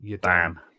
Bam